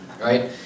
right